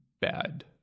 bad